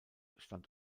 stand